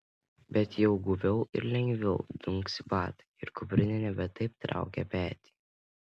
bet jau guviau ir lengviau dunksi batai ir kuprinė nebe taip traukia petį